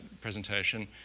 presentation